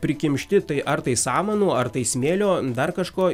prikimšti tai ar tai samanų ar tai smėlio dar kažko